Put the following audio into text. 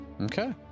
Okay